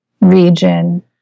region